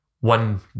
one